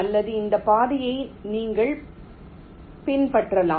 அல்லது இந்த பாதையை நீங்கள் பின்பற்றலாம்